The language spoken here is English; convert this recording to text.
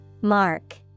Mark